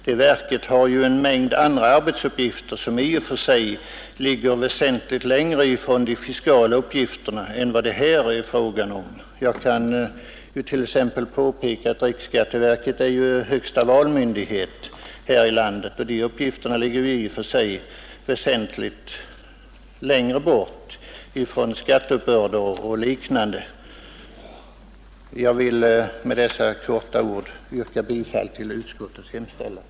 Detta verk har ju en mängd Nr 52 andra arbetsuppgifter som i och för sig ligger väsentligt längre från de Onsdagen den fiskala angelägenheterna än de som det nu är fråga om. Jag kan t.ex. 5 april 1972 peka på att riksskatteverket är högsta valmyndighet här i landet, och denna uppgift ligger i och för sig väsentligt längre bort från skatteuppbörd o. d. Jag vill med dessa ord få yrka bifall till utskottets hemställan.